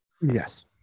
yes